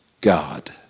God